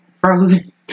Frozen